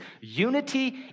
Unity